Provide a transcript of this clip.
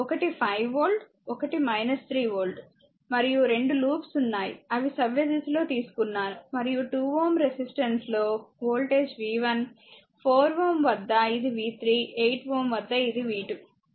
ఒకటి 5 వోల్ట్ ఒకటి 3 వోల్ట్ మరియు 2 లూప్స్ ఉన్నాయి అవి సవ్యదిశలో తీసుకున్నాను మరియు 2Ω రెసిస్టెన్స్ లో వోల్టేజ్ v1 4 Ω వద్ద ఇది v3 8 Ω వద్ద ఇది v2